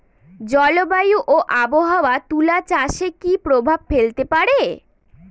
জলবায়ু ও আবহাওয়া তুলা চাষে কি প্রভাব ফেলতে পারে?